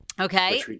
Okay